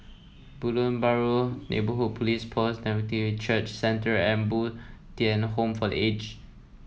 Baru Neighbourhood Police Post Nativity Church Centre and Bo Tien Home for The Aged